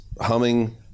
humming